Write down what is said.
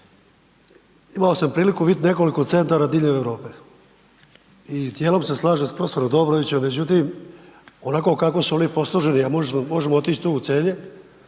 imao sam priliku vidjeti nekoliko centara diljem Europe. I djelom se slažem s prof. Dobrovićem međutim onako kako su oni posloženi a možemo otići tu u Celje,